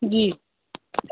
जी